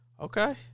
Okay